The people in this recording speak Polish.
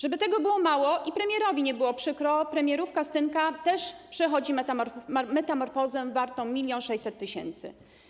Żeby tego było mało i premierowi nie było przykro, premierówka Stynka też przechodzi metamorfozę wartą 1600 tys.